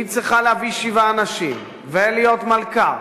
היא צריכה להביא שבעה אנשים ולהיות מלכ"ר